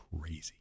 crazy